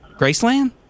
Graceland